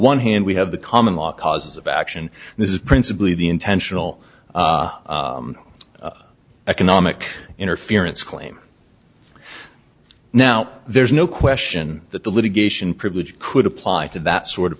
one hand we have the common law causes of action this is principally the intentional economic interference claim now there's no question that the litigation privilege could apply to that sort of